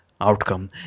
outcome